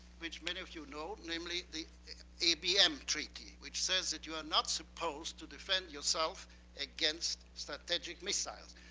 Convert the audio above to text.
which many of you know, namely the abm treaty, which says that you are not supposed to defend yourself against strategic missiles.